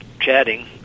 chatting